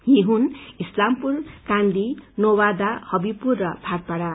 यी हुन् इस्लामपुर काँदी नोवादा हबीवपुर र भाटपाड़ा